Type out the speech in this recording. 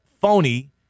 phony